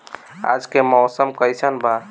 आज के मौसम कइसन बा?